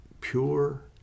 pure